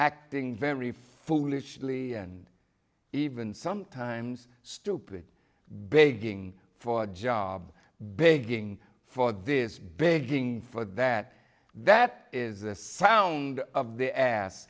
acting very foolishly and even sometimes stupid begging for a job beginning for this big ng for that that is a sound of the ass